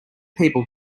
people